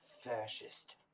fascist